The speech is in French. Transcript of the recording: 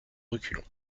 reculons